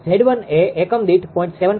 𝑍1 એ એકમ દીઠ 0